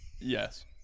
Yes